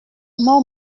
mou